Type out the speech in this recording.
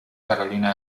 carolina